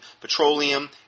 petroleum